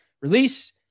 release